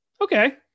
Okay